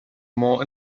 more